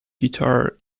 guitar